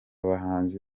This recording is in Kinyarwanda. bahanzi